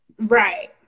Right